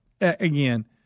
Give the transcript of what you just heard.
again